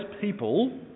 people